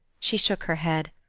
she shook her head.